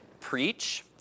preach